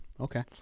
Okay